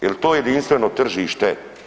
Jel to jedinstveno tržište?